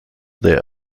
der